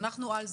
אנחנו על זה,